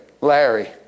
Larry